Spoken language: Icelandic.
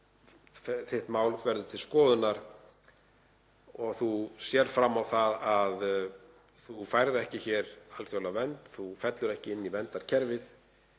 þitt mál verður til skoðunar og þú sérð fram á að þú færð ekki alþjóðlega vernd hér, að þú fallir ekki inn í verndarkerfið